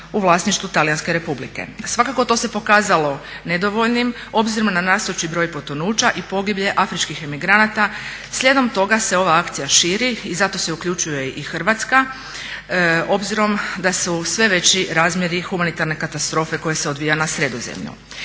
u vlasništvu Talijanske Republike. Svakako to se pokazalo nedovoljnim obzirom na rastući broj potonuća i pogibije afričkim emigranata. Slijedom toga se ova akcija širi i zato se uključuje i Hrvatska, obzirom da su sve veći razmjeri humanitarne katastrofe koja se odvija na Sredozemlju.